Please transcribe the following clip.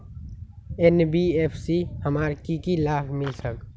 NBFC से हमार की की लाभ मिल सक?